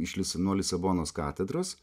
iš lisa nuo lisabonos katedros